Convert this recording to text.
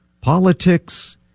Politics